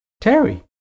Terry